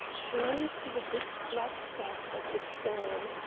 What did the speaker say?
clung to the big flag-staff at the stern.